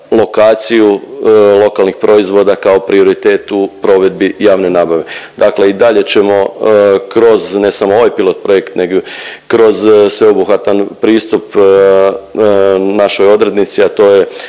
lokaciju lokalnih proizvoda kao prioritet u provedbi javne nabave. Dakle i dalje ćemo kroz ne samo ovaj pilot projekt nego kroz sveobuhvatan pristup našoj odrednici, a to je